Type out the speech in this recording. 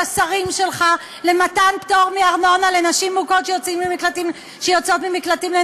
השרים שלך למתן פטור מארנונה לנשים מוכות שיוצאות ממקלטים.